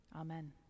Amen